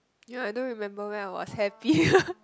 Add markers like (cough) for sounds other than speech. ya I don't remember when I was happy (laughs)